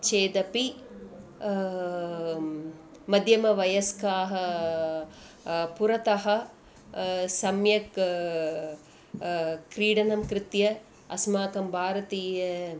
चेदपि मध्यमवयस्काः पुरतः सम्यक् क्रीडनं कृत्वा अस्माकं भारतीय